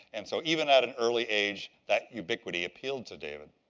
and so even at an early age, that ubiquity appealed to david.